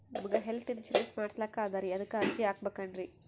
ನಮಗ health insurance ಮಾಡಸ್ಲಾಕ ಅದರಿ ಅದಕ್ಕ ಅರ್ಜಿ ಹಾಕಬಕೇನ್ರಿ?